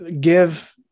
give